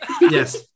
Yes